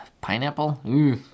Pineapple